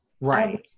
Right